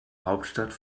hauptstadt